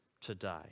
today